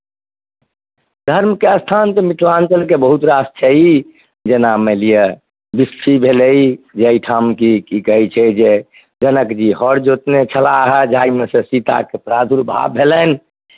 धर्मके स्थान तऽ मिथिलाञ्चलके बहुत रास छै ई जेना मानि लिअ बिस्फी भेलै जाहि ठाम कि की कहै छै जे जनकजी हर जोतने छलाह जाहिमे से सीताके प्रादुर्भाव भेलनि